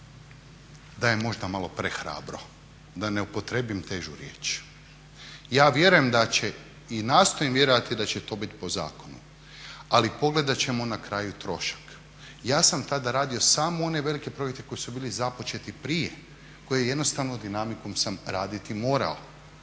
da je možda malo prehrabro, da ne upotrijebim težu riječ. Ja vjerujem da će i nastojim vjerovati da će to biti po zakonu, ali pogledat ćemo na kraju trošak. Ja sam tada radio samo one velike projekte koji su bili započeti prije, koje jednostavno dinamikom sam raditi morao.